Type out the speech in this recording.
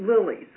lilies